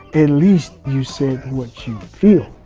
at least you said what you feel.